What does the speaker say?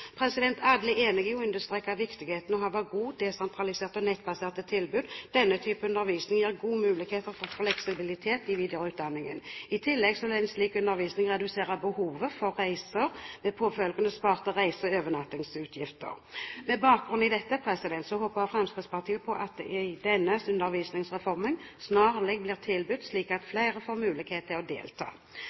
viktigheten av å ha gode desentraliserte og nettbaserte tilbud. Denne typen undervisning gir gode muligheter for fleksibilitet i videreutdanningen. I tillegg vil en slik undervisning redusere behovet for reiser, med påfølgende sparte reise- og overnattingsutgifter. Med bakgrunn i dette håper Fremskrittspartiet at denne undervisningsformen snarlig blir tilbudt, slik at flere får mulighet til å delta.